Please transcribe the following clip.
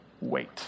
wait